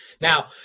Now